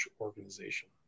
organization